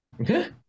Okay